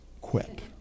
quit